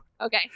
okay